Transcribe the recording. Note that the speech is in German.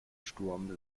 sturm